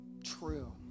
true